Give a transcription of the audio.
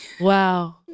wow